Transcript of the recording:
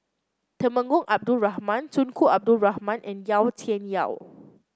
Temenggong Abdul Rahman Tunku Abdul Rahman and Yau Tian Yau